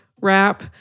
wrap